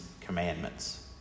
commandments